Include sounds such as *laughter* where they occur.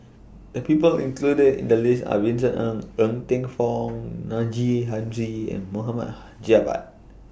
The People included in The list Are Vincent Ng Ng Teng Fong *unintelligible* Haji and Mohamd Javad